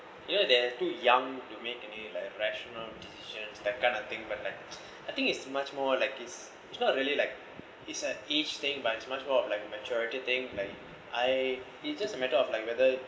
you know they're too young to make any like rational decisions that kind of thing but like I think it's much more like it's it's not really like it's an age thing but it's much more of like a maturity thing like I it's just a matter of like whether